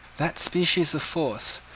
that species of force,